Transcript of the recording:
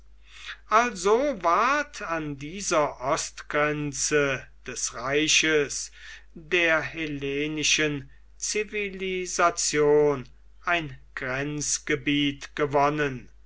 also ward an dieser ostgrenze des reiches der hellenischen zivilisation ein grenzgebiet gewonnen